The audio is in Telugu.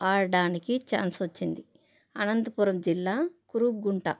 ఆడ్డానికి ఛాన్స్ వచ్చింది అనంతపురం జిల్లా కురుగుంట